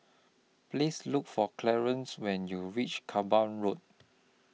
Please Look For Clarance when YOU REACH Kerbau Road